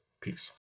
Peace